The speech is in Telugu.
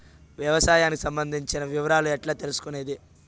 వ్యవసాయానికి సంబంధించిన వివరాలు ఎట్లా తెలుసుకొనేది?